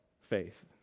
faith